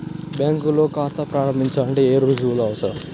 బ్యాంకులో ఖాతా ప్రారంభించాలంటే ఏ రుజువులు అవసరం?